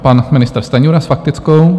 Pan ministr Stanjura s faktickou.